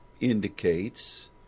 indicates